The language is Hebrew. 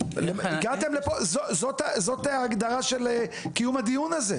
זאת ההגדרה של קיום הדיון הזה.